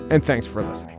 and thanks for this